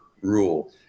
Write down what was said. rule